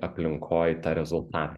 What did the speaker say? aplinkoj tą rezultatą